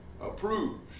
approves